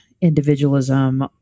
individualism